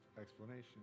explanation